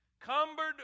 Cumbered